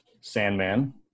Sandman